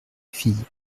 fille